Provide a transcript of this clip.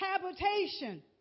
habitation